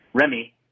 Remy